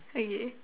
okay